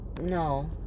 no